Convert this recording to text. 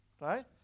right